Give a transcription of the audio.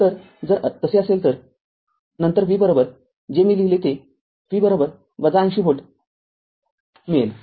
तर जर तसे असेल तर नंतर V जे मी लिहिले ते V ८० व्होल्ट मिळेल